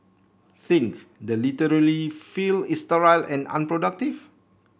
think the literally field is sterile and unproductive